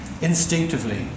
Instinctively